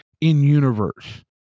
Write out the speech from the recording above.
in-universe